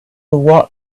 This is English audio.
what